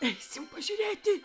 eisim pažiūrėti